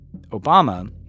Obama